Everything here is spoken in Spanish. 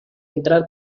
entrar